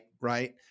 right